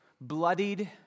bloodied